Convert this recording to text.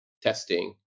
testing